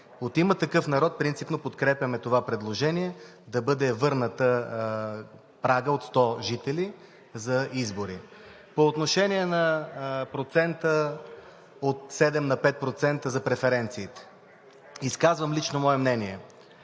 От „Има такъв народ“ принципно подкрепяме това предложение – да бъде върнат прагът от 100 жители за избори. По отношение на процента от 7 на 5% за преференциите. Изказвам лично мое мнение